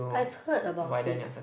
I've heard about it